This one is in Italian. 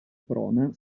prona